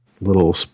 little